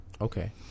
okay